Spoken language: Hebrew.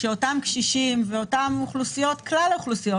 שאותם קשישים ואותן אוכלוסיות כלל אוכלוסיות